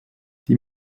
die